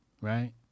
Right